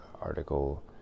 article